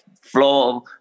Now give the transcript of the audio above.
floor